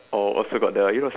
oh also got the you know